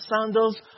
sandals